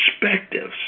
perspectives